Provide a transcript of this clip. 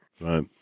Right